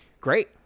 great